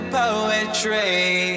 poetry